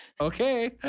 okay